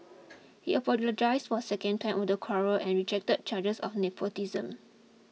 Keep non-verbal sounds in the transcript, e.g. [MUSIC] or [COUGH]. [NOISE] he apologised for a second time over the quarrel and rejected charges of nepotism